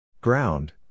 Ground